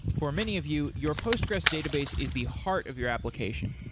for many of you, your postgres database is the heart of your application.